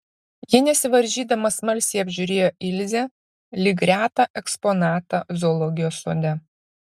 ji nesivaržydama smalsiai apžiūrinėjo ilzę lyg retą eksponatą zoologijos sode